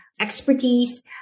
expertise